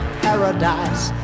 paradise